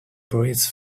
breathes